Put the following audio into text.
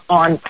on